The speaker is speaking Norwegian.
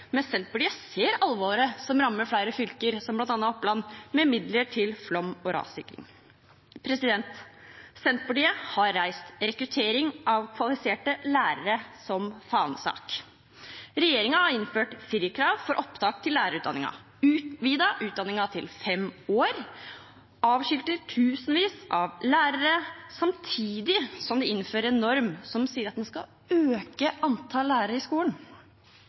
Senterpartiet ser alvoret som rammer flere fylker, bl.a. Oppland, med hensyn til midler til flom- og rassikring. Senterpartiet har reist rekruttering av kvalifiserte lærere som fanesak. Regjeringen har innført firerkrav for opptak til lærerutdanningen, utvidet utdanningen til fem år, og de avskilter tusenvis av lærere, samtidig som de innfører en norm som skal øke antall lærere i skolen.